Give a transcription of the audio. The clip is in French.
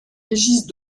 régis